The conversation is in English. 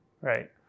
right